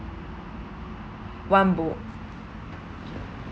one bowl